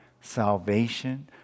salvation